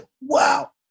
wow